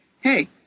Hey